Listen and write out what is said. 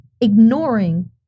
ignoring